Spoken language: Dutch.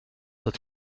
het